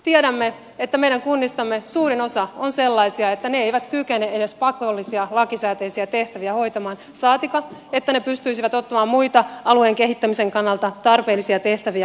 tiedämme että meidän kunnistamme suurin osa on sellaisia että ne eivät kykene edes pakollisia lakisääteisiä tehtäviä hoitamaan saatikka että ne pystyisivät ottamaan muita alueen kehittämisen kannalta tarpeellisia tehtäviä hoidettavakseen